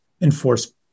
enforce